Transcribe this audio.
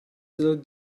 still